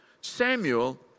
Samuel